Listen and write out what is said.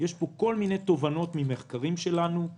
יש פה כל מיני תובנות ממחקרים שלנו.